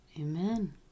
Amen